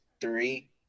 Three